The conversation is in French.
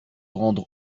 rendre